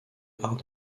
hard